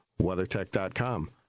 WeatherTech.com